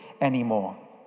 anymore